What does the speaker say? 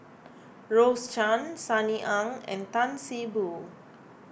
Rose Chan Sunny Ang and Tan See Boo